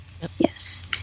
Yes